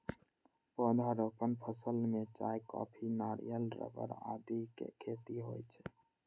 पौधारोपण फसल मे चाय, कॉफी, नारियल, रबड़ आदिक खेती होइ छै